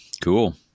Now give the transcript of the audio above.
Cool